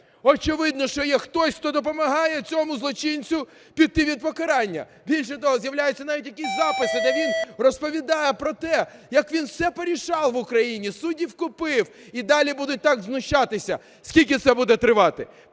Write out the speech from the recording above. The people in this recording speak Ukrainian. Очевидно, що є хтось, хто допомагає цьому злочинцю піти від покарання. Більше того, з'являються навіть якісь записи, де він розповідає про те, як він все порішав в Україні, суддів купив. І далі будуть так знущатися. Скільки це буде тривати?